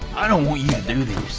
i don't want you to do this.